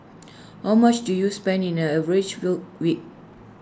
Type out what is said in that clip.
how much do you spend in A average rode week